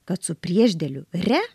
kad su priešdėliu re